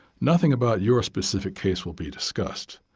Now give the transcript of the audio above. nothing about your specific case will be discussed.